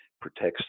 Protects